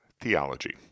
Theology